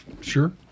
Sure